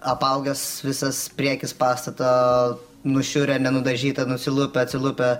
apaugęs visas priekis pastato nušiurę nenudažyta nusilupę atsilupę